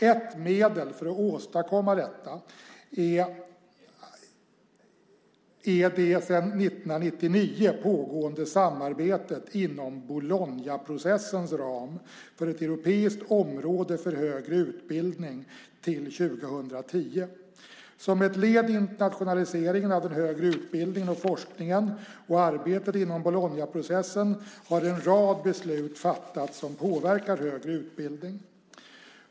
Ett medel för att åstadkomma detta är det sedan 1999 pågående samarbetet inom Bolognaprocessens ram för ett europeiskt område för högre utbildning till 2010. Som ett led i internationaliseringen av den högre utbildningen och forskningen och arbetet inom Bolognaprocessen har en rad beslut fattats som påverkar högre utbildning.